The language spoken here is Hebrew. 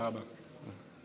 תודה רבה.